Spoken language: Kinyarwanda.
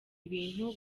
ibintu